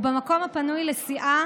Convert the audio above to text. ובמקום הפנוי לסיעה